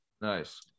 Nice